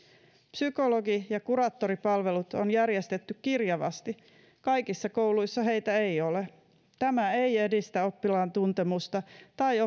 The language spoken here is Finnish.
psykologi ja kuraattoripalvelut on järjestetty kirjavasti kaikissa kouluissa heitä ei ole tämä ei edistä oppilaantuntemusta tai